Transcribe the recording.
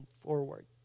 forward